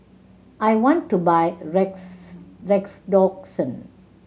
I want to buy Rex Redoxon